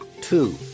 Two